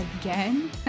again